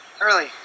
Early